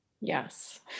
Yes